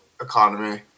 economy